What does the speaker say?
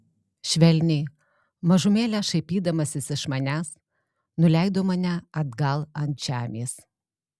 švelniai mažumėlę šaipydamasis iš manęs nuleido mane atgal ant žemės